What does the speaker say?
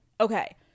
okay